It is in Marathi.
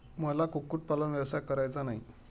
मला कुक्कुटपालन व्यवसाय करायचा नाही